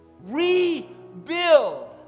Rebuild